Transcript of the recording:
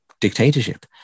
dictatorship